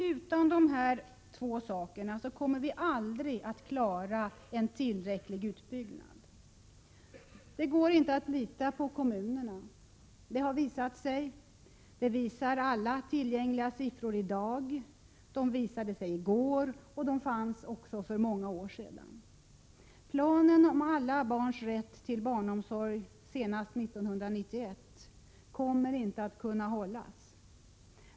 Utan dessa två saker kommer vi aldrig att klara av att bygga ut tillräckligt mycket. Det går inte att lita på kommunerna. Det har tidigare siffror visat, och det visar också alla i dag tillgängliga siffror. Det fanns sådana uppgifter även för många år sedan. Planen om alla barns rätt till barnomsorg senast 1991 kommer inte att kunna hållas.